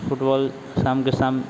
football शाम के शाम